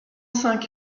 cinq